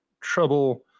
trouble